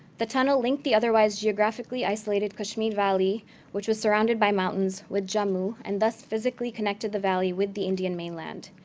the tunnel linked the otherwise geographically isolated kashmir valley which was surrounded by mountains with jammu, and thus physically connected the valley with the indian mainland.